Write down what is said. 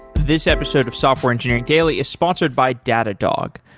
this episode of software engineering daily is sponsored by datadog.